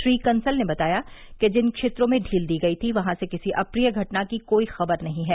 श्री कंसल ने बताया कि जिन क्षेत्रों में ढील दी गयी थी वहां से किसी अप्रिय घटना की कोई खबर नहीं है